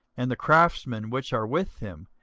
and the craftsmen which are with him,